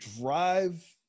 drive